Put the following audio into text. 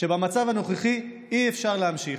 שבמצב הנוכחי אי-אפשר להמשיך.